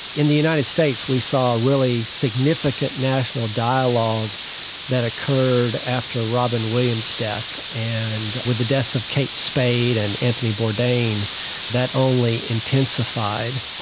in the united states we saw a really significant national dialogue that occurred after robin williams' death and with the deaths of kate spade and anthony bourdain that only intensified.